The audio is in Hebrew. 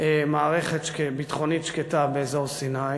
מערכת ביטחונית שקטה באזור סיני,